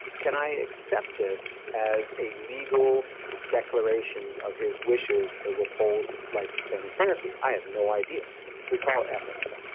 can i accept this as a legal declaration of his wishes to withhold life sustaining therapy? i have no idea. so we call ethics.